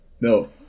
No